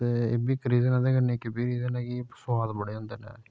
ते एह्बी इक रीजन ऐ उदे कन्नै एब्बी रीजन ऐ कि सुआद बड़े होंदे नै